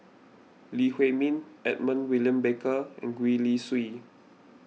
Lee Huei Min Edmund William Barker and Gwee Li Sui